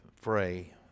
fray